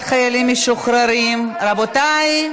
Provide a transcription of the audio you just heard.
קליטת חיילים משוחררים, רבותיי.